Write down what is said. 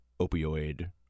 opioid